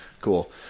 cool